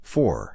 Four